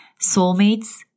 soulmates